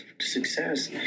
success